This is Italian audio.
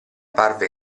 parve